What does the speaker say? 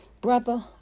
Brother